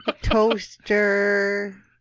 Toaster